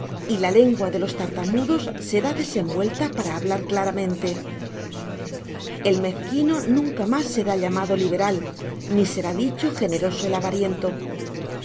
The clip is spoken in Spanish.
y la lengua de los tartamudos será desenvuelta para hablar claramente el mezquino nunca más será llamado liberal ni será dicho generoso el avariento